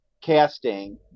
casting